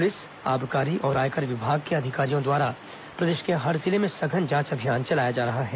police आबकारी और आयकर विभाग के अधिकारियों द्वारा प्रदेश के हर जिले में सघन जांच अभियान चलाया जा रहा है